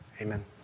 Amen